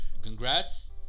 congrats